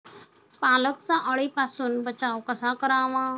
पालकचा अळीपासून बचाव कसा करावा?